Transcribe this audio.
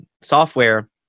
software